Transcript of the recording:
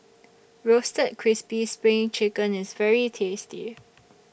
Roasted Crispy SPRING Chicken IS very tasty